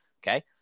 Okay